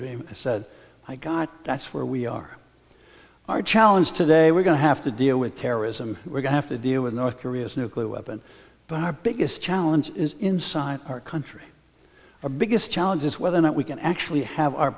dream i said i got that's where we are our challenge today we're going to have to deal with terrorism we're going have to deal with north korea's nuclear weapon but our biggest challenge is inside our country our biggest challenge is whether or not we can actually